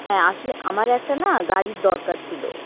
হ্যাঁ আসলে আমার একটা না গাড়ির দরকার ছিল